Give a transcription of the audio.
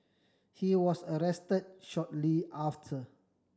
he was arrest shortly after